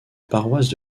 paroisse